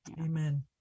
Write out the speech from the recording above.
Amen